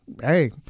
hey